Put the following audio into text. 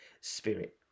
spirit